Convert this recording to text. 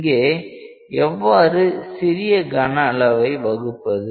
இங்கே எவ்வாறு சிறிய கன அளவை வகுப்பது